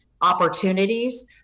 opportunities